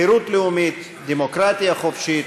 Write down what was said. חירות לאומית, דמוקרטיה חופשית